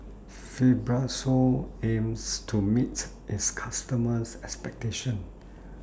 Fibrosol aims to meet its customers' expectations